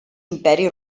imperi